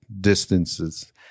distances